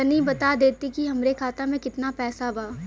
तनि बता देती की हमरे खाता में कितना पैसा बा?